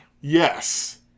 Yes